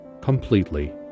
completely